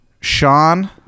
sean